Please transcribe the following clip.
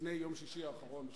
לפני יום שישי האחרון,